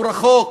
הוא רחוק.